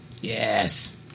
Yes